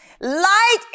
Light